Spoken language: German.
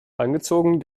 eingezogen